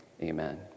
amen